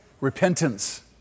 Repentance